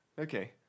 Okay